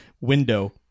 window